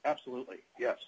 absolutely yes